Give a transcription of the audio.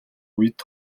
үед